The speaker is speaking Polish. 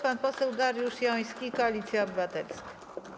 Pan poseł Dariusz Joński, Koalicja Obywatelska.